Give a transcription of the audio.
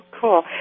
Cool